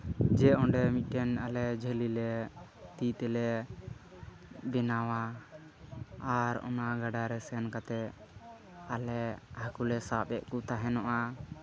ᱡᱮ ᱚᱸᱰᱮ ᱢᱤᱫᱴᱮᱱ ᱟᱞᱮ ᱡᱷᱟᱹᱞᱤ ᱞᱮ ᱛᱤ ᱛᱮᱞᱮ ᱵᱮᱱᱟᱣᱟ ᱟᱨ ᱚᱱᱟ ᱜᱟᱰᱟ ᱨᱮ ᱥᱮᱱ ᱠᱟᱛᱮᱫ ᱟᱞᱮ ᱦᱟᱹᱠᱩ ᱞᱮ ᱥᱟᱵ ᱮᱫ ᱠᱚ ᱛᱟᱦᱮᱱᱚᱜᱼᱟ